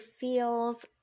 feels